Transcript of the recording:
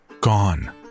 Gone